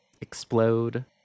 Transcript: explode